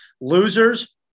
Losers